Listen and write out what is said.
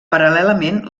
paral·lelament